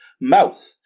mouth